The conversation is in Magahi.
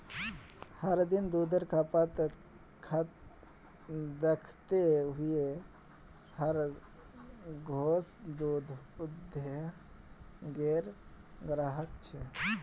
हर दिन दुधेर खपत दखते हुए हर घोर दूध उद्द्योगेर ग्राहक छे